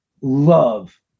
love